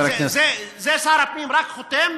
שר הפנים רק חותם?